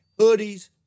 hoodies